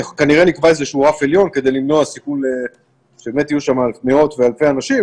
כנראה נקבע איזה שהוא רף עליון כדי למנוע סיכון שיהיו שם אלפי אנשים,